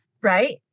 Right